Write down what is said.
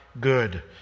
good